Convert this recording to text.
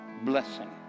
blessing